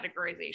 categorization